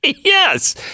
Yes